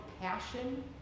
passion